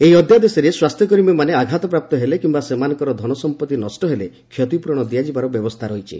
ଏହି ଅଧ୍ୟାଦେଶରେ ସ୍ୱାସ୍ଥ୍ୟକର୍ମୀମାନେ ଆଘାତପ୍ରାପ୍ତ ହେଲେ କିିୟା ସେମାନଙ୍କର ଧନସମ୍ପତ୍ତି ନଷ୍ଟ ହେଲେ କ୍ଷତିପୂରଣ ଦିଆଯିବାର ବ୍ୟବସ୍ଥା ରହିଛି